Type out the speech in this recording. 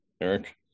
eric